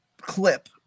clip